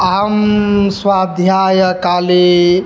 अहं स्वाध्यायकाले